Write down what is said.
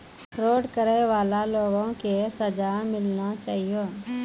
fraud करै बाला लोगो के सजा मिलना चाहियो